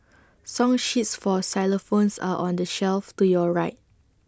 song sheets for xylophones are on the shelf to your right